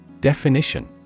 Definition